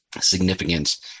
significance